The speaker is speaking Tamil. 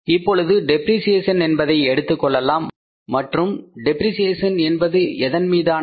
இப்பொழுது டெப்ரிஸியேஷன் என்பதை எடுத்துக்கொள்ளலாம் மற்றும் டெப்ரிஸியேஷன் என்பது எதன் மீதானது